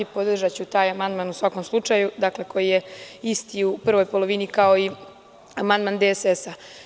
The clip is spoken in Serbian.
Podržaću taj amandman u svakom slučaju, dakle koji je isti u prvoj polovini kao i amandman DSS.